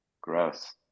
gross